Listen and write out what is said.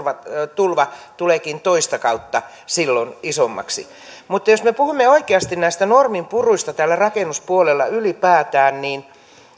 tulva tuleekin toista kautta silloin isommaksi mutta jos me me puhumme oikeasti näistä norminpuruista täällä rakennuspuolella ylipäätään niin